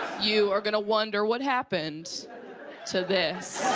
you ah going to wonder what happened to this.